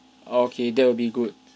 okay that will be good